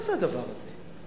מה זה הדבר הזה?